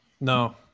No